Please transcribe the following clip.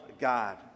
God